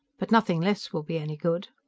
but nothing less will be any good.